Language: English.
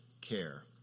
care